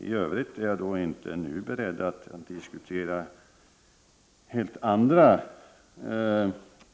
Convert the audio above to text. I övrigt är jag nu inte beredd att diskutera helt andra